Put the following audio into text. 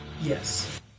Yes